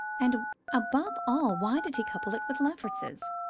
and above all, why did he couple it with lefferts's?